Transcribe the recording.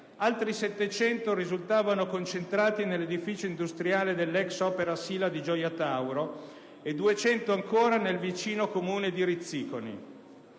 altri 700 risultavano concentrati nell'edificio industriale dell'ex "Opera Sila" di Gioia Tauro e 200 ancora nel vicino Comune di Rizziconi.